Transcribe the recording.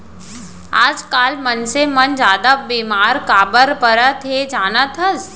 आजकाल मनसे मन जादा बेमार काबर परत हें जानत हस?